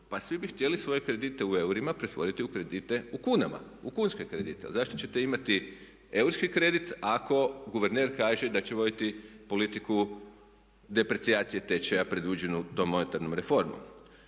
Pa svi bi htjeli svoje kredite u eurima pretvoriti u kredite u kunama, u kunske kredite. A zašto ćete imati eurski kredit ako guverner kaže da će voditi politiku deprecijacije tečaja predviđenu tom monetarnom reformom.